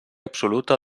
absoluta